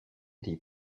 des